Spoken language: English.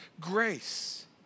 grace